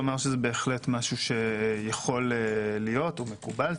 הוא אמר שזה בהחלט משהו שיכול להיות, הוא מקובל.